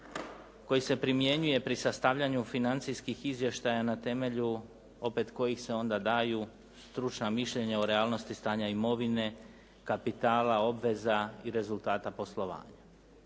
koji se primjenjuje pri sastavljanju financijskih izvještaja na temelju opet kojih se onda daju stručna mišljenja u realnosti stanja imovine, kapitala, obveza i rezultata poslovanja.